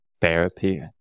therapy